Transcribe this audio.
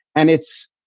and it's,